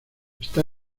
está